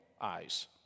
eyes